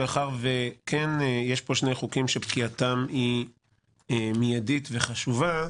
מאחר שיש פה שני חוקים שפקיעתם מיידית וחשובה,